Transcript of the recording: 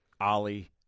Ali